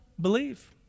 believe